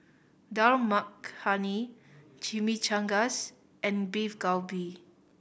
Dal Makhani Chimichangas and Beef Galbi